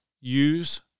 use